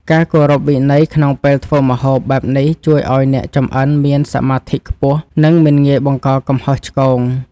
ការគោរពវិន័យក្នុងពេលធ្វើម្ហូបបែបនេះជួយឱ្យអ្នកចម្អិនមានសមាធិខ្ពស់និង មិនងាយបង្កកំហុសឆ្គង។